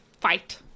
fight